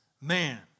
man